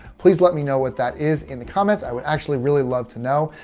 please let me know what that is in the comments. i would actually really love to know.